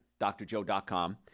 drjoe.com